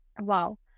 Wow